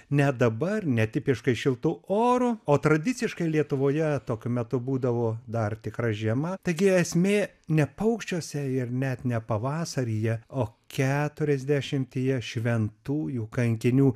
net dabar netipiškai šiltu oru o tradiciškai lietuvoje tokiu metu būdavo dar tikra žiema taigi esmė ne paukščiuose ir net ne pavasaryje o keturiasdešimtyje šventųjų kankinių